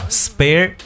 spare